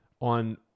on